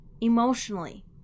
emotionally